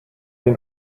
den